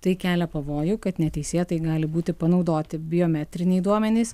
tai kelia pavojų kad neteisėtai gali būti panaudoti biometriniai duomenys